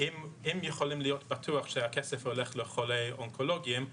שאם אפשר להיות בטוח שהכסף הולך לחולים אונקולוגיים,